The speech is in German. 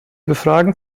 befragen